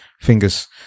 fingers